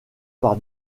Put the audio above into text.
par